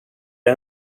den